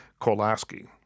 Kolaski